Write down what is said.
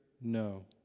no